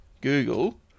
Google